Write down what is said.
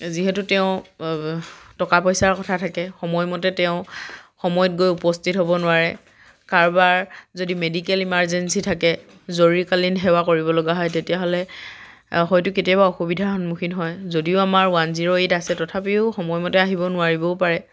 যিহেতু তেওঁ টকা পইচাৰ কথা থাকে সময়মতে তেওঁ সময়ত গৈ উপস্থিত হ'ব নোৱাৰে কাৰবাৰ যদি মেডিকেল ইমাৰ্জেন্সী থাকে জৰুৰীকালীন সেৱা কৰিব লগা হয় তেতিয়াহ'লে হয়তো কেতিয়াবা অসুবিধাৰ সন্মুখীন হয় যদিও আমাৰ ওৱান জিৰ' এইট আছে তথাপিও সময়মতে আহিব নোৱাৰিবও পাৰে